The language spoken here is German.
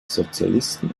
sozialisten